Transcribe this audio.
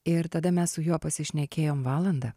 ir tada mes su juo pasišnekėjom valandą